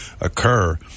occur